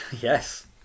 Yes